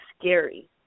scary